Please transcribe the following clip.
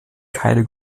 keine